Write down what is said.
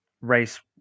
race